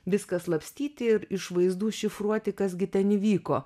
viską slapstyti ir iš vaizdų šifruoti kas gi ten įvyko